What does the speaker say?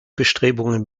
bestrebungen